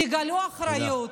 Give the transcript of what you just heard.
תגלו אחריות